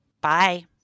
Bye